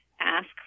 ask